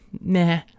nah